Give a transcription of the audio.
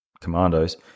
commandos